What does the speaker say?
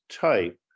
type